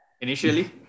initially